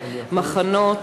מחנות,